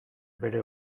bere